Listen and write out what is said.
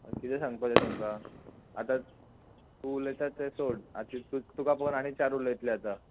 किदें सांगपाचें तुमकां आतां तूं उलयता तें सोड आतां तुका पळोवन आनी चार उलयतलें आतां